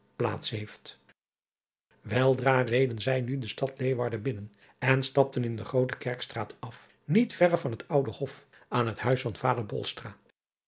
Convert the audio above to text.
plaats heeft eldra reden zij nu de stad binnen en stapten in de groote erkstraat af niet verre van het ude of aan het huis van vader